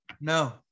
No